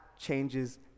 changes